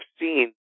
seen